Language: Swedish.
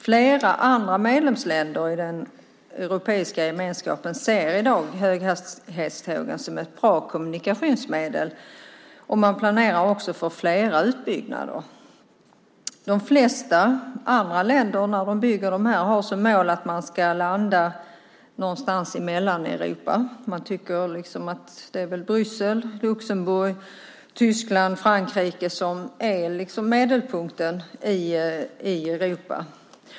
Flera andra medlemsländer i den europeiska gemenskapen ser i dag höghastighetstågen som ett bra kommunikationsmedel, och man planerar också för fler utbyggnader. När de flesta andra länder bygger sådana järnvägar har de som mål att man ska landa någonstans i Mellaneuropa. Man tycker att Bryssel, Luxemburg, Tyskland och Frankrike är medelpunkten i Europa.